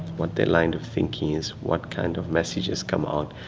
what their line of thinking is, what kind of messages come out,